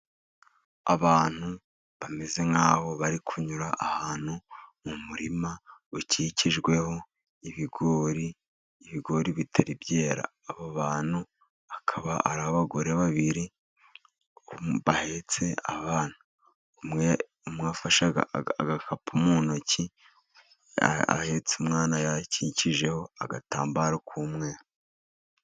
Abantu bameze nk'aho bari kunyura ahantu mu murima ukikijweho ibigori, ibigori bitari byera. Abo bantu bakaba ari abagore babiri bahetse abana, umwe afashe agakapu mu ntoki, ahetse umwana yakikijeho agatambaro k'umweru.